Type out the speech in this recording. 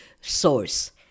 source